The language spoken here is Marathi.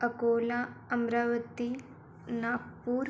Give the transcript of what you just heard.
अकोला अमरावती नागपूर